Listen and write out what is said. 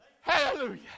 Hallelujah